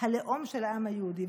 הלאום של העם היהודי?